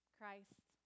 Christ